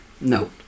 No